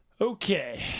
Okay